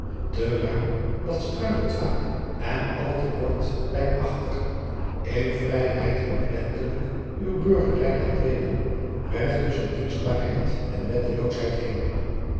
te ruim dat struikelt vaak en al te kort leit achter in vryheidt ordentlyk uw burgery laat treên recht tusschen dienstbaarheit en wetteloosheid heen